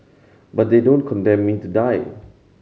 but they don't condemn me to die